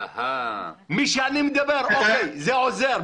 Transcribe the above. מי שאני מדבר אוקיי, זה עוזר.